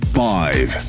five